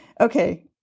okay